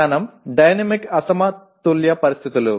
జ్ఞానం డైనమిక్ అసమతుల్య పరిస్థితులు